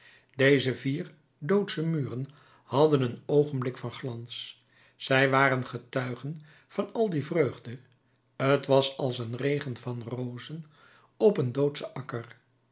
deze vier doodsche muren hadden een oogenblik van glans zij waren getuigen van al die vreugde t was als een regen van rozen op een